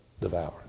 devour